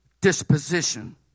disposition